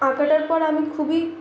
আঁকাটার পর আমি খুবই